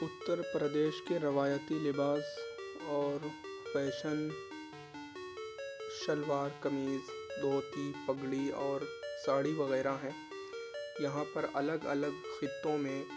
اُتّر پردیش کے روایتی لباس اور فیشن شلوار قمیض دھوتی پگڑی اور ساڑی وغیرہ ہیں یہاں پر الگ الگ خطوں میں